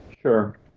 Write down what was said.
Sure